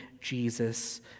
Jesus